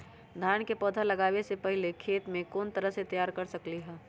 धान के पौधा लगाबे से पहिले खेत के कोन तरह से तैयार कर सकली ह?